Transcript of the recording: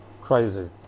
crazy